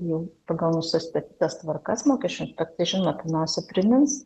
jau pagal nustatytas tvarkas mokesčių inspekcija žinoma pirmiausia primins